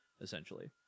essentially